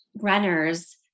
runners